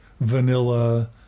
vanilla